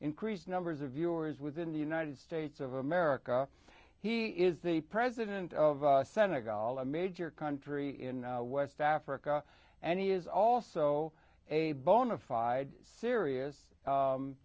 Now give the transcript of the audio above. increase numbers of viewers within the united states of america he is the president of senegal a major country in west africa and he is also a bonafide serious